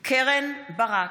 קרן ברק,